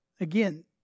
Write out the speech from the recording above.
again